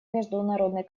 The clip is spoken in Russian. международной